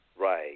Right